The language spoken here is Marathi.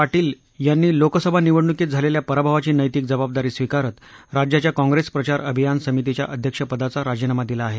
पाटील यांनी लोकसभा निवडणुकीत झालेल्या पराभवाची नैतिक जबाबदारी स्वीकारत राज्याच्या काँग्रेस प्रचार अभियान समितीच्या अध्यक्षपदाचा राजीनामा दिला आहे